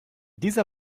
dieser